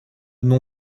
nom